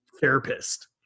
therapist